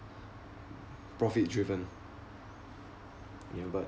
profit-driven ya but